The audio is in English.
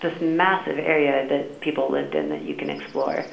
this massive area that people lived in that you can explore